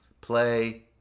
Play